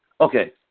Okay